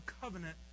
covenant